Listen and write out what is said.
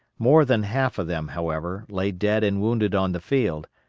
more than half of them, however, lay dead and wounded on the field,